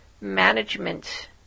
management